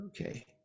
okay